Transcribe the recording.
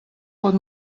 pot